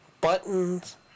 Buttons